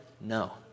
No